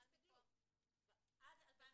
--- עד 2021